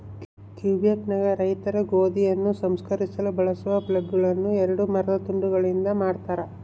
ಕ್ವಿಬೆಕ್ನಾಗ ರೈತರು ಗೋಧಿಯನ್ನು ಸಂಸ್ಕರಿಸಲು ಬಳಸುವ ಫ್ಲೇಲ್ಗಳುನ್ನ ಎರಡು ಮರದ ತುಂಡುಗಳಿಂದ ಮಾಡತಾರ